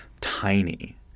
tiny